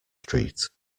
street